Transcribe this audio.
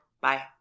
Bye